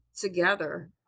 together